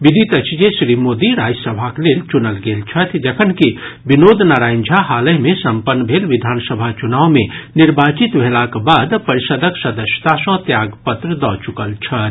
विदित अछि जे श्री मोदी राज्यसभाक लेल चुनल गेल छथि जखनकि विनोद नारायण झा हालहि मे सम्पन्न भेल विधानसभा चुनाव मे निर्वाचित भेलाक बाद परिषद्क सदस्यता सॅ त्याग पत्र दऽ चुकल छथि